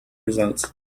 results